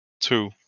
two